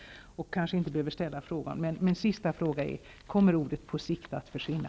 Kommer uttrycket på sikt att försvinna?